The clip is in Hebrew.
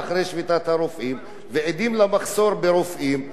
ועדים למחסור ברופאים במדינה,